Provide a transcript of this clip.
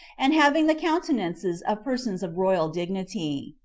and having the countenances of persons of royal dignity.